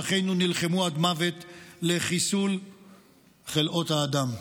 שאחינו נלחמו עד מוות לחיסול חלאות האדם.